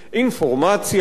אינפורמציה,